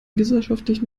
gesellschaftlichen